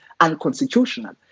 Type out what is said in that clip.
unconstitutional